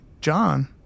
John